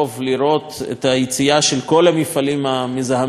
את היציאה של כל המפעלים המזהמים מהמפרץ,